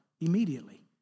Immediately